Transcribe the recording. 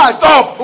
stop